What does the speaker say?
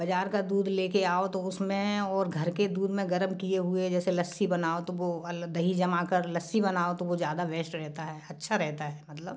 बाज़ार का दूध ले कर आओ तो उसमें और घर के दूध मे गर्म किए हुए जैसे लस्सी बनाओ तो वो अलग दही जमा कर लस्सी बनाओ तो वो ज़्यादा बेश्ट रहता है अच्छा रहता है मतलब